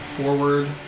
forward